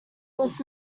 was